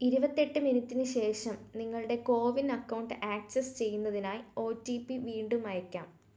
ഇരുപത്തി എട്ട് മിനിറ്റിന് ശേഷം നിങ്ങളുടെ കോവിൻ അക്കൗണ്ട് ആക്സസ് ചെയ്യുന്നതിനായി ഒ ടി പി വീണ്ടും അയയ്ക്കാം